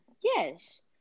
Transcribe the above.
Yes